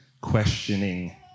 questioning